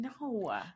no